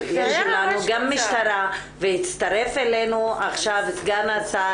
יש לנו גם משטרה והצטרף אלינו עכשיו סגן השר,